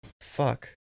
fuck